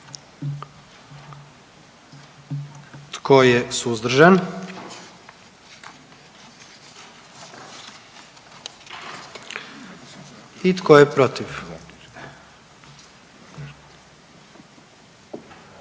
Tko je suzdržan? I tko je protiv?